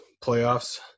playoffs